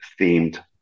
themed